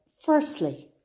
firstly